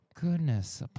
Goodness